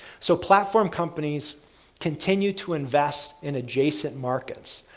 so platform companies continue to invest in adjacent markets,